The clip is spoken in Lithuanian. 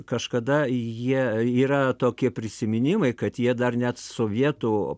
kažkada jie yra tokie prisiminimai kad jie dar net sovietų